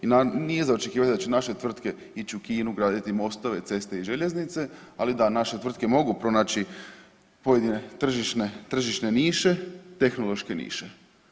I nije za očekivati da će naše tvrtke ići u Kinu graditi mostove, ceste i željeznice, ali da naše tvrtke mogu pronaći pojedine tržišne, tržišne niše, tehnološke niše.